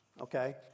Okay